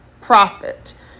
profit